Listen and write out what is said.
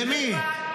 למי?